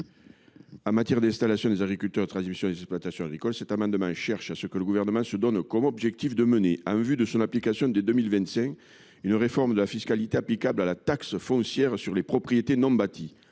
en matière d’installation des agriculteurs et de transmission des exploitations agricoles, cet amendement vise à ce que le Gouvernement se donne comme objectif de mener, en vue de son application dès 2025, une réforme de la fiscalité relative à la taxe foncière sur les propriétés non bâties